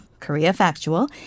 koreafactual